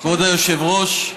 היושב-ראש,